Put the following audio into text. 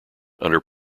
under